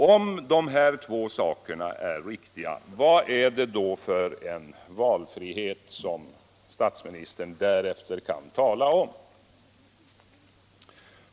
Om dessa båda saker är riktiga, vad är det därefter för valfrihet statsministern kan tala om?